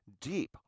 deep